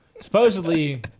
supposedly